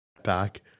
Back